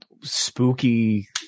spooky